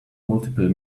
multiple